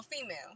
female